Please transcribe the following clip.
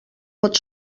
pot